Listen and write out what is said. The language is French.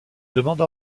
demande